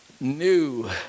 new